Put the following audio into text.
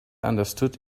understood